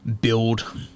build